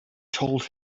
told